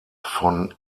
von